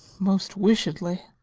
most wishedly.